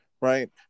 right